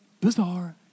bizarre